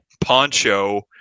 poncho